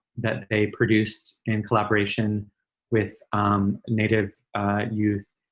that they produced in collaboration with native youth,